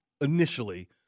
initially